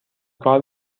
کار